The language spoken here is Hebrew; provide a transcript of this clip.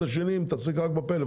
להכיר אחד את השנייה מתעסק רק בפלאפון.